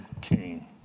king